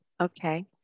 Okay